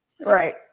Right